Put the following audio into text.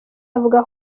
avuga